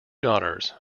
daughters